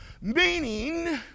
meaning